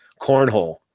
cornhole